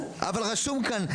אבל רשום כאן,